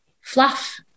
fluff